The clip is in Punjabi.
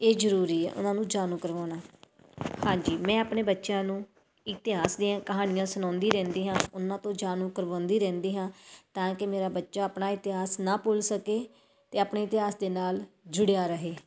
ਇਹ ਜ਼ਰੂਰੀ ਹੈ ਉਹਨਾਂ ਨੂੰ ਜਾਣੂ ਕਰਵਾਉਣਾ ਹਾਂਜੀ ਮੈਂ ਆਪਣੇ ਬੱਚਿਆਂ ਨੂੰ ਇਤਿਹਾਸ ਦੀਆਂ ਕਹਾਣੀਆਂ ਸੁਣਾਉਂਦੀ ਰਹਿੰਦੀ ਹਾਂ ਉਹਨਾਂ ਤੋਂ ਜਾਣੂ ਕਰਵਾਉਂਦੀ ਰਹਿੰਦੀ ਹਾਂ ਤਾਂ ਕਿ ਮੇਰਾ ਬੱਚਾ ਆਪਣਾ ਇਤਿਹਾਸ ਨਾ ਭੁੱਲ ਸਕੇ ਅਤੇ ਆਪਣੇ ਇਤਿਹਾਸ ਦੇ ਨਾਲ਼ ਜੁੜਿਆ ਰਹੇ